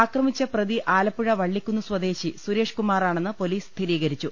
അക്രമിച്ച പ്രതി ആലപ്പുഴ വള്ളിക്കുന്ന് സ്വദേശി സുരേഷ് കുമാറാണെന്ന് പൊലീസ് സ്ഥിരീകരിച്ചു